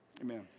Amen